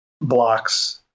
blocks